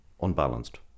unbalanced